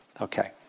okay